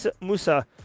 Musa